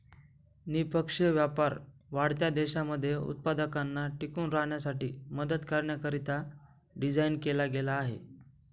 निष्पक्ष व्यापार वाढत्या देशांमध्ये उत्पादकांना टिकून राहण्यासाठी मदत करण्याकरिता डिझाईन केला गेला आहे